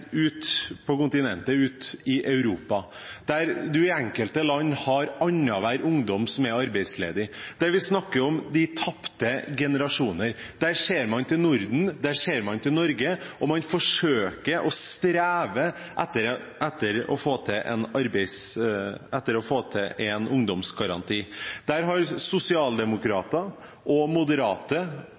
ut på kontinentet, ut i Europa, der det i enkelte land er annenhver ungdom som er arbeidsledig, og der vi snakker om de tapte generasjoner. Der ser man til Norden og Norge, og man forsøker og strever etter å få til en ungdomsgaranti. Sosialdemokrater og moderate